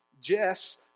Jess